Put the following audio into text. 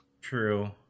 true